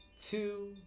two